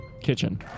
Kitchen